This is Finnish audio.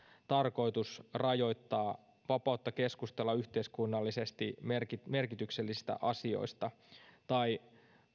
tarkoitus rajoittaa vapautta keskustella yhteiskunnallisesti merkityksellisistä asioista tai